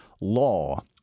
law